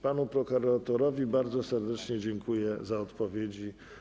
Panu prokuratorowi bardzo serdecznie dziękuję za odpowiedzi.